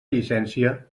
llicència